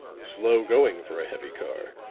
slow going for a heavy car,